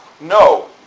No